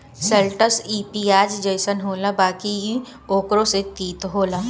शैलटस इ पियाज जइसन होला बाकि इ ओकरो से तीत होला